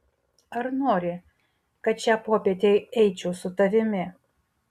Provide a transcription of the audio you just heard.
ar nori kad šią popietę eičiau su tavimi